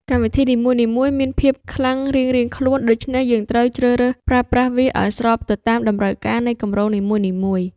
កម្មវិធីនីមួយៗមានភាពខ្លាំងរៀងៗខ្លួន ដូច្នេះយើងត្រូវជ្រើសរើសប្រើប្រាស់វាឱ្យស្របទៅតាមតម្រូវការនៃគម្រោងនីមួយៗ។